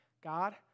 God